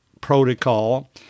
protocol